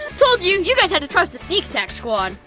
told you. you guys had to trust the sneak attack squad.